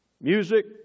music